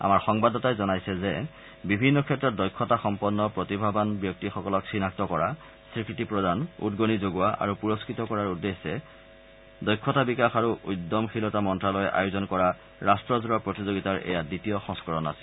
আমাৰ সংবাদদাতাই জনাইছে যে বিভিন্ন ক্ষেত্ৰত দক্ষতা সম্পন্ন প্ৰতিভাৱান ব্যক্তিসকলক চিনাক্ত কৰা স্বীকৃতি প্ৰদান উদগনি যোগোৱা আৰু পুৰস্কৃত কৰাৰ উদ্দেশ্যে দক্ষতা বিকাশ আৰু উদ্যমশীলতা মন্ত্যালয়ে আয়োজন কৰা ৰাষ্ট্ৰজোৰা প্ৰতিযোগিতাৰ এয়া দ্বিতীয় সংস্কৰণ আছিল